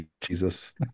Jesus